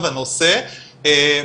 יש גם תמ"א שהיא יותר מתקדמת,